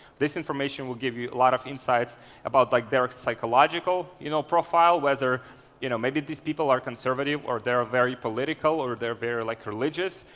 this information will give you a lot of insights about like their psychological you know profile, whether you know maybe these people are conservative or they're very political or they're very like religious,